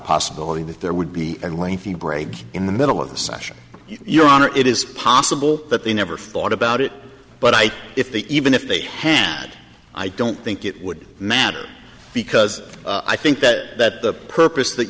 possibility that there would be a lengthy break in the middle of the session your honor it is possible that they never thought about it but i if they even if they hand i don't think it would matter because i think that the purpose that